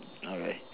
all right